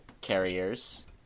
carriers